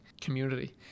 community